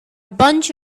bunch